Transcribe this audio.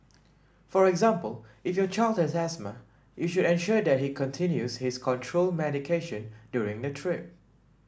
for example if your child has asthma you should ensure that he continues his control medication during the trip